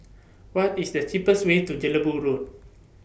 What IS The cheapest Way to Jelebu Road